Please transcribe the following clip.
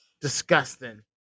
disgusting